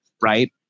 right